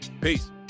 Peace